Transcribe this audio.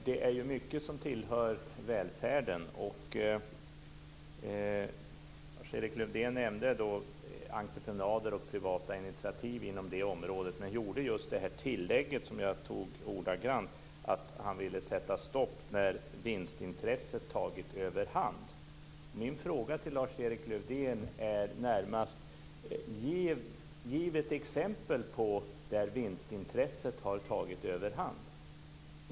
Fru talman! Det är mycket som tillhör välfärden. Lars-Erik Lövdén nämnde entreprenader och privata initiativ på det området, och gjorde just det tillägg som jag ordagrant tog fasta på: Han vill sätta stopp när vinstintresset tagit överhand. Min fråga till Lars-Erik Lövdén är närmast om han kan ge ett exempel på fall där vinstintresset har tagit överhand.